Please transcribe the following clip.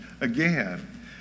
again